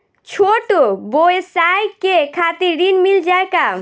छोट ब्योसाय के खातिर ऋण मिल जाए का?